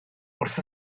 wrth